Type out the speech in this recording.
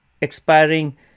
expiring